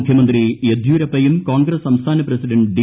മുഖ്യമന്ത്രി യെദ്യൂരപ്പയും കോൺഗ്രസ് സംസ്ഥാന പ്രസിഡന്റ് ഡി